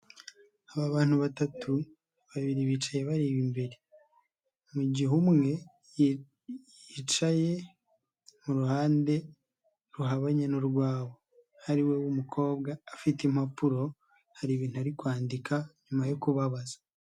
Aba abantu batatu babiri bicaye bareba imbere, mu gihe umwe yicaye mu ruhande ruhabanye n'urwabo, ariwe w'umukobwa afite impapuro, hari ibintu ari kwandika nyuma yo kubabaza.